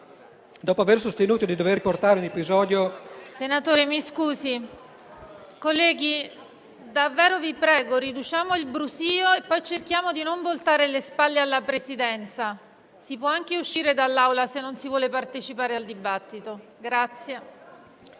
senatore Bazoli. Colleghi, davvero vi prego di ridurre il brusio e di non voltare le spalle alla Presidenza. Si può anche uscire dall'Aula, se non si vuole partecipare al dibattito. BAZOLI,